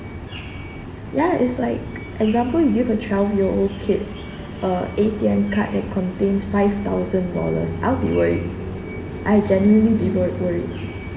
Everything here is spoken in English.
ya it's like example you give a twelve year old kid a A_T_M card that contains five thousand dollars I'll be worried I genuinely will be very worried